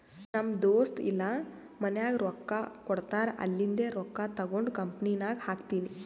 ನಮ್ ದೋಸ್ತ ಇಲ್ಲಾ ಮನ್ಯಾಗ್ ರೊಕ್ಕಾ ಕೊಡ್ತಾರ್ ಅಲ್ಲಿಂದೆ ರೊಕ್ಕಾ ತಗೊಂಡ್ ಕಂಪನಿನಾಗ್ ಹಾಕ್ತೀನಿ